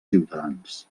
ciutadans